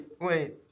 wait